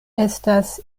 estas